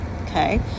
okay